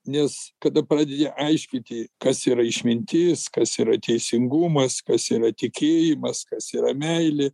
nes kada pradedi aiškinti kas yra išmintis kas yra teisingumas kas yra tikėjimas kas yra meilė